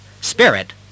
spirit